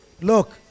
look